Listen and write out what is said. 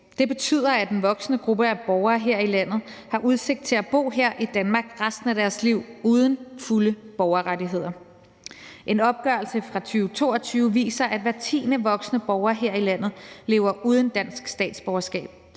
Det betyder, at en voksende gruppe af borgere her i landet har udsigt til at bo her i Danmark resten af deres liv uden fulde borgerrettigheder. En opgørelse fra 2022 viser, at hver tiende voksne borger her i landet lever uden dansk statsborgerskab,